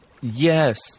Yes